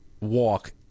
walk